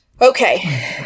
okay